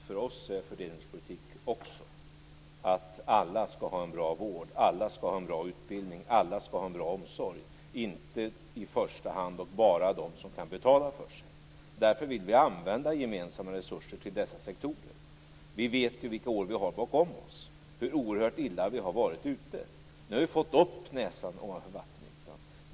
Fru talman! För oss är fördelningspolitik också att alla skall ha bra vård, alla skall ha en bra utbildning, alla skall ha en bra omsorg. Det gäller inte i första hand bara de som kan betala för sig. Därför vill vi använda gemensamma resurser till dessa sektorer. Vi vet vilka år vi har bakom oss och hur oerhört illa det har varit. Nu har vi fått näsan ovanför vattenytan.